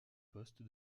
poste